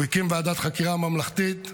הוא הקים ועדת חקירה ממלכתית,